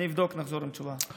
אני אבדוק, נחזור עם תשובה.